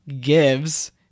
gives